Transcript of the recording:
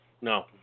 No